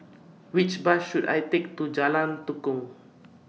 Which Bus should I Take to Jalan Tukong